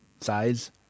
size